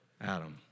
Adam